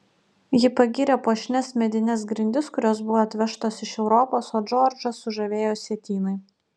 ji pagyrė puošnias medines grindis kurios buvo atvežtos iš europos o džordžą sužavėjo sietynai